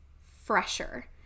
fresher